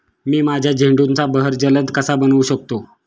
मी माझ्या झेंडूचा बहर जलद कसा बनवू शकतो?